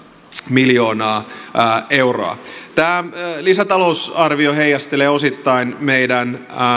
miljoonaa euroa tämä lisätalousarvio heijastelee osittain meidän